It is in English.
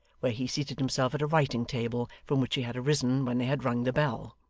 where he seated himself at a writing-table from which he had risen when they had rung the bell.